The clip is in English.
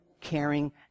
caring